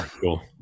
cool